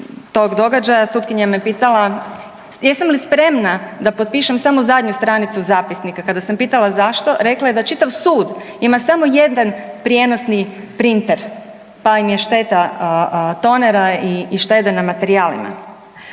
tog događaja sutkinja me pitala jesam li spremna da potpišem samo zadnju stranicu zapisnika. Kada sam pitala zašto rekla je da čitav sud ima samo jedan prijenosni printer, pa im je šteta tonera i štede na materijalima.